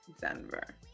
Denver